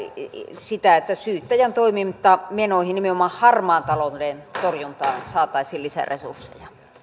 sitä että syyttäjän toimintamenoihin nimenomaan harmaan talouden torjuntaan saataisiin lisäresursseja